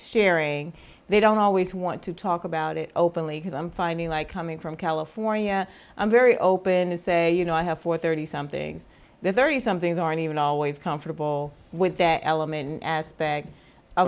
sharing they don't always want to talk about it openly because i'm finding like coming from california i'm very open to say you know i have for thirty somethings the thirty somethings aren't even always comfortable with that element as